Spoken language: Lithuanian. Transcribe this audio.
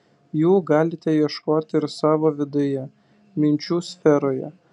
jų galite ieškoti ir savo viduje minčių sferoje